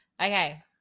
Okay